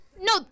No